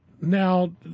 now